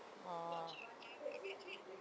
orh